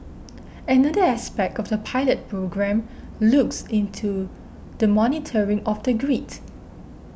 another aspect of the pilot programme looks into the monitoring of the grid